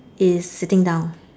is sitting down